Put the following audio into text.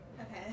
Okay